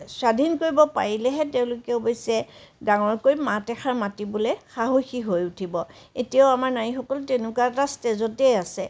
স্বাধীন কৰিব পাৰিলেহে তেওঁলোকে অৱশ্যে ডাঙৰকৈ মাত এষাৰ মাতিবলৈ সাহসী হৈ উঠিব এতিয়াও আমাৰ নাৰীসকল তেনেকুৱা এটা ষ্টেজতে আছে